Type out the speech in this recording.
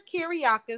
Kiriakis